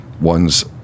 One's